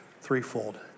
threefold